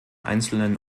einzelnen